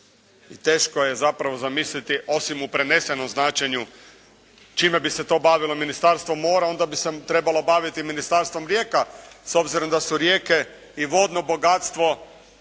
i teško je zapravo zamisliti osim u prenesenom značenju čime bi se to bavilo Ministarstvo mora, onda bi se trebalo baviti ministarstvom rijeka, s obzirom da su rijeke i vodno bogatstvo